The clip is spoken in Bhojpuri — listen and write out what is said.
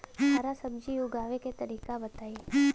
हरा सब्जी उगाव का तरीका बताई?